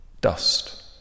dust